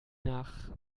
nach